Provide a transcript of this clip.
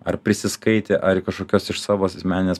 ar prisiskaitę ar kažkokios iš savo asmeninės